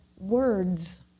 words